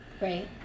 Right